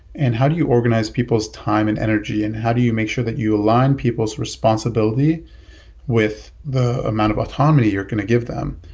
and how do you organize people's time and energy and how do you make sure that you align people's responsibility with the amount of autonomy you're going to give them?